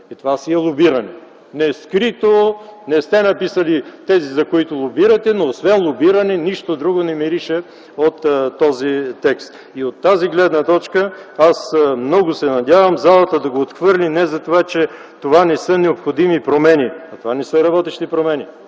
Това си е лобиране! Не скрито! Не сте написали тези, за които лобирате, но освен на лобиране, на нищо друго не мирише от този текст. И от тази гледна точка аз много се надявам залата да го отхвърли не за това, че това не са необходими промени, а защото това не са работещи промени.